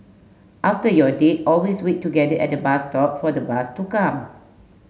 after your date always wait together at bus stop for the bus to come